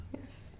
Yes